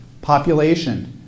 population